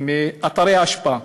אתרי אשפה.